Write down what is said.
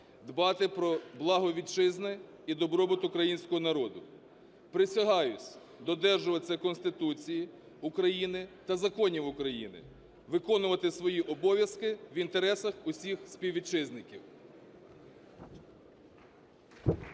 дбати про благо Вітчизни і добробут Українського народу. Присягаю додержуватись Конституції України та законів України, виконувати свої обов'язки в інтересах усіх співвітчизників.